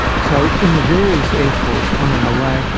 so in the various airports on our way,